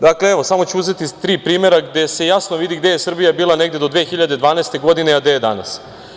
Dakle, evo, samo ću uzeti iz tri primera gde se jasno vidi gde je Srbija bila negde do 2012. godine, a gde je danas.